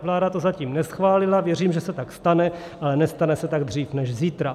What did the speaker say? Vláda to zatím neschválila, věřím, že se tak stane, ale nestane se tak dřív než zítra.